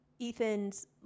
Ethan's